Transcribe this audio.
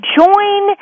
join